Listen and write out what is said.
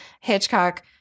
Hitchcock